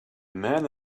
man